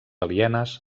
alienes